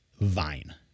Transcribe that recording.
Vine